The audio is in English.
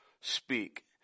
speak